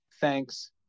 thanks